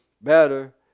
better